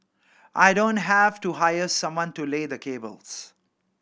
I don't have to hire someone to lay the cables